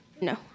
No